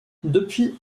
depuis